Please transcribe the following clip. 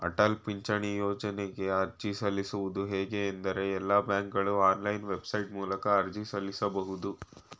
ಅಟಲ ಪಿಂಚಣಿ ಯೋಜ್ನಗೆ ಅರ್ಜಿ ಸಲ್ಲಿಸುವುದು ಹೇಗೆ ಎಂದ್ರೇ ಎಲ್ಲಾ ಬ್ಯಾಂಕ್ಗಳು ಆನ್ಲೈನ್ ವೆಬ್ಸೈಟ್ ಮೂಲಕ ಅರ್ಜಿ ಸಲ್ಲಿಸಬಹುದು